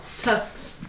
Tusks